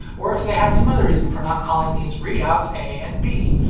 or if they had some other reason for not calling these readouts a and b,